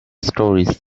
stories